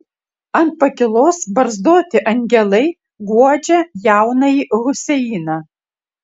ant pakylos barzdoti angelai guodžia jaunąjį huseiną